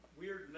weird